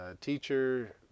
teacher